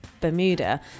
Bermuda